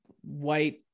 white